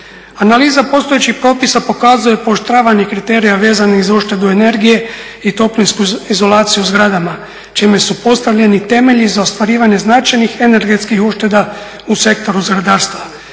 Analiza postojećih propisa pokazuje pooštravanje kriterija vezanih za uštedu energije i toplinsku izolaciju u zgradama čime su postavljeni temelji za ostvarivanje značajnih energetskih ušteda u Sektoru zgradarstva.